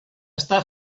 està